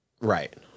Right